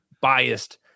biased